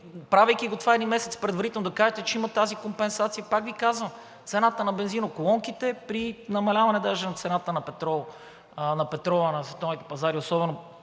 правейки това един месец предварително, да кажете, че има тази компенсация. Пак казвам, цената на бензиноколонките при намаляване даже на цената на петрола на световните пазари, особено